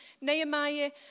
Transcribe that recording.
Nehemiah